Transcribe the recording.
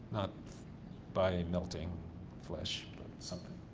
not by melting flesh, but something.